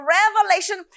revelation